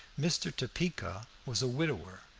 mr. topeka was a widower,